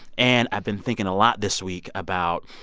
and i've been thinking a lot this week about,